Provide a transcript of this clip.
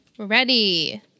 Ready